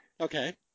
Okay